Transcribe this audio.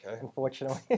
unfortunately